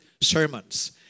sermons